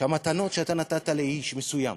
שהמתנות שאתה נתת לאיש מסוים